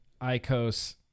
ICOs